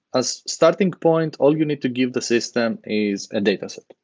as starting point, all you need to give the system is a dataset.